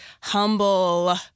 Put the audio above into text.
humble